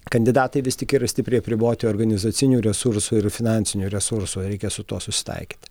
kandidatai vis tik yra stipriai apriboti organizacinių resursų ir finansinių resursų reikia su tuo susitaikyt